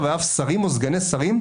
סרבנות,